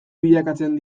bilakatzen